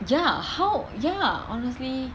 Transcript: ya how ya honestly